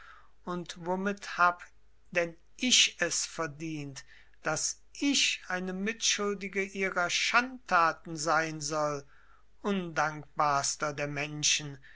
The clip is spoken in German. und womit hab denn ich es verdient daß ich eine mitschuldige ihrer schandtaten sein soll undankbarster der menschen